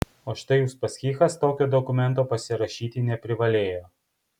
o štai uspaskichas tokio dokumento pasirašyti neprivalėjo